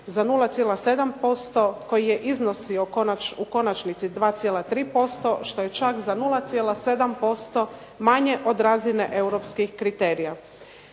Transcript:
za 0,7% koji je iznosio u konačnici 2,3% što je čak za 0,7% manje od razine europskih kriterija.